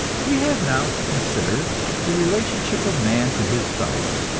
we have now to consider the relationship of man to his fellows,